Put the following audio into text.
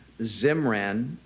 Zimran